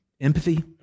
Empathy